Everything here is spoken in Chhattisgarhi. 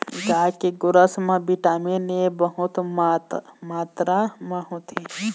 गाय के गोरस म बिटामिन ए बहुत मातरा म होथे